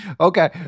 Okay